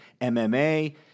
MMA